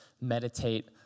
meditate